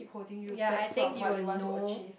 yea I think you will know